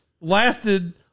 lasted